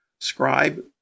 scribe